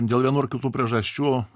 dėl vienų ar kitų priežasčių